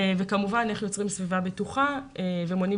וכמובן איך יוצרים סביבה בטוחה ומונעים